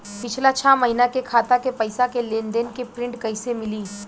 पिछला छह महीना के खाता के पइसा के लेन देन के प्रींट कइसे मिली?